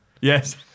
Yes